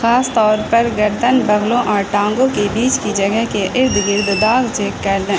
خاص طور پر گردن بغلوں اور ٹانگوں کے بیچ کی جگہ کے ارد گرد داغ چیک کر لیں